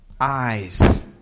eyes